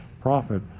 profit